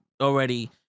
already